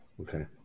Okay